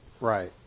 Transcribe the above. Right